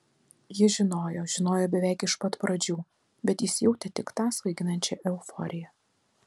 ji žinojo žinojo beveik iš pat pradžių bet jis jautė tik tą svaiginančią euforiją